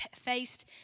faced